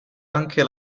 anche